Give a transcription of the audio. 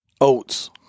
Oats